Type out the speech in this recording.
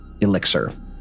Elixir